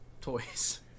toys